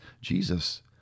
Jesus